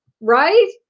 right